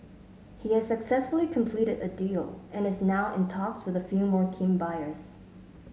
he has successfully completed a deal and is now in talks with a few more keen buyers